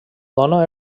dona